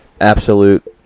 absolute